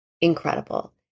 incredible